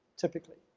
typically.